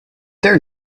there